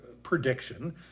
prediction